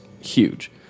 huge